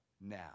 now